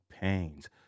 pains